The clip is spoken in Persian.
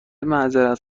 معذرت